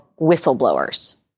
whistleblowers